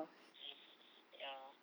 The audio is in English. mm ya